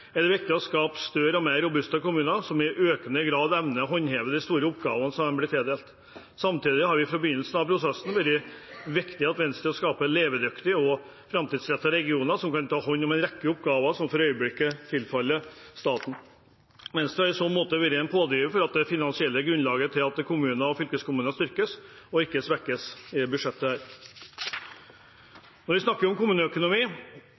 er det viktig å skape større og mer robuste kommuner som i økende grad evner å håndtere de store oppgavene de blir tildelt. Samtidig har det i forbindelse med prosessen vært viktig for Venstre å skape levedyktige og framtidsrettede regioner som kan ta hånd om en rekke oppgaver som for øyeblikket tilfaller staten. Venstre har i så måte vært en pådriver for at det er finansielt grunnlag for at kommuner og fylkeskommuner styrkes, ikke svekkes, i dette budsjettet. Når vi snakker om kommuneøkonomi,